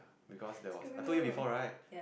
because there was I told you before right